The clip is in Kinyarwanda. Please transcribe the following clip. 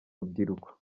rubyiruko